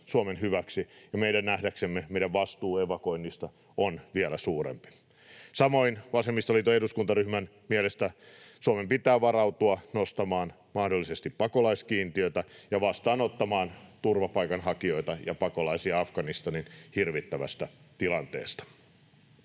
Suomen hyväksi, ja meidän nähdäksemme meidän vastuumme evakuoinnista on vielä suurempi. Samoin vasemmistoliiton eduskuntaryhmän mielestä Suomen pitää varautua nostamaan mahdollisesti pakolaiskiintiötä ja vastaanottamaan turvapaikanhakijoita ja pakolaisia Afganistanin hirvittävästä tilanteesta.